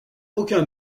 aucun